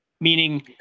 meaning